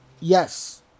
Yes